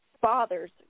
father's